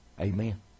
Amen